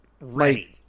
ready